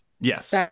Yes